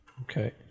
Okay